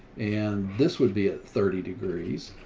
and this would be thirty degrees.